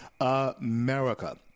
America